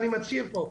אני מצהיר פה,